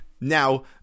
now